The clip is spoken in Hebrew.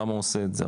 למה הוא עושה את זה,